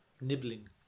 Nibbling